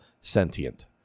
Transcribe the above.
sentient